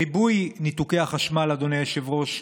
ריבוי ניתוקי החשמל, אדוני היושב-ראש,